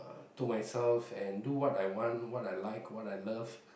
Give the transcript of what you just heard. to myself and do what I want what I like what I love